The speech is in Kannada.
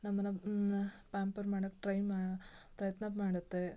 ನಮ್ಮನ್ನು ಪ್ಯಾಂಪರ್ ಮಾಡೋಕ್ ಟ್ರೈ ಮಾ ಪ್ರಯತ್ನ ಮಾಡುತ್ತೆ